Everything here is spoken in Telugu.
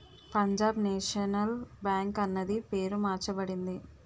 పంజాబ్ నేషనల్ బ్యాంక్ అన్నది పేరు మార్చబడింది